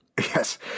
Yes